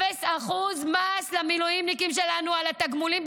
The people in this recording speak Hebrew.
אפס אחוז מס למילואימניקים שלנו על התגמולים.